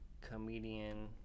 comedian